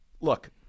look